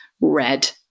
red